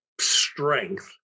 strength